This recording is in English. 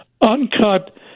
uncut